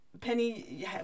Penny